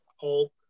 Hulk